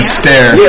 stare